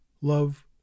love